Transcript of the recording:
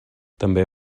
també